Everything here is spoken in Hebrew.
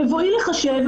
בבואי לחשב,